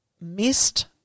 missed